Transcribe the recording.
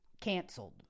canceled